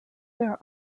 there